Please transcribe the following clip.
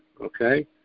okay